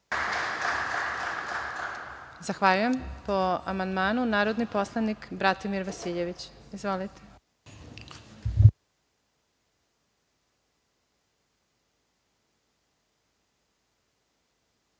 Zahvaljujem. Po amandmanu narodni poslanik Bratimir Vasiljević. Izvolite.